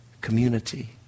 community